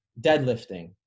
deadlifting